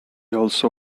also